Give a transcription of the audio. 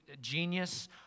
genius